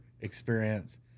experience